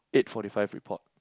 eight forty five report